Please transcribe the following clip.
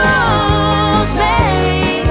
Rosemary